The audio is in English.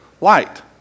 light